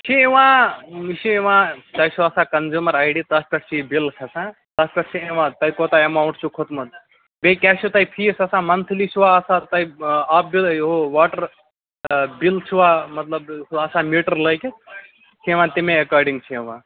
یہِ چھُ یِوان یہِ چھُ یِوان تۄہہِ چھو آسان کَنزوٗمَر آی ڈی تٔتھۍ پٮ۪ٹھ چھِ یہِ بِل کھسان تَتھ پٮ۪ٹھ چھُ یِوان تۄہہِ کوتاہ ایماوُنٹ چھُو کھوٚتمُت بیٚیہِ کیاہ چھُو تۄہہِ فیٖس آسان مَنتھلی چھُو آسان تۄہہِ آبہٕ بِل ہُہ واٹر بِل چھُوا مطلب آسان میٖٹر لٲگِتھ یِوان تمے ایٚکاڈِنگ چھےٚ یِوان